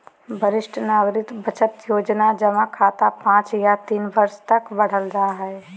वरिष्ठ नागरिक बचत योजना जमा खाता पांच या तीन वर्ष तक बढ़ल जा हइ